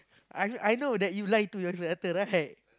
I I know that you lied to your instructor right